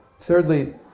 Thirdly